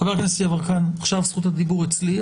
חבר הכנסת יברקן, עכשיו זכות הדיבור אצלי.